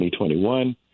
2021